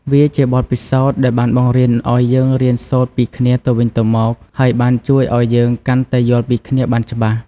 វាជាបទពិសោធន៍ដែលបានបង្រៀនឲ្យយើងរៀនសូត្រពីគ្នាទៅវិញទៅមក ហើយបានជួយឱ្យយើងកាន់តែយល់ពីគ្នាបានច្បាស់។